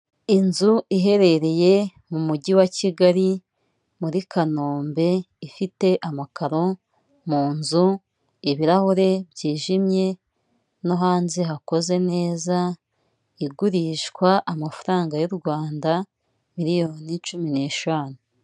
Inzu iherereye mu Mujyi wa Kigali muri Kanombe, ifite amakaro mu nzu, ibirahure byijimye no hanze hakoze neza, igurishwa amafaranga y'u Rwanda miliyoni cumi n'eshanu.